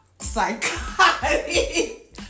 Psychotic